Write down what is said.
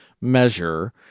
measure